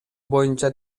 боюнча